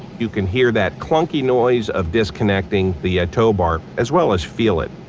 you can hear that clunky noise of disconnecting the ah tow bar, as well as feel it.